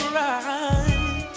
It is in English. right